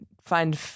find